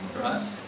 right